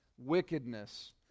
wickedness